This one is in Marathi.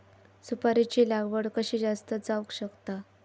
सुपारीची लागवड कशी जास्त जावक शकता?